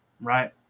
right